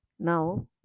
Now